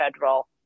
federal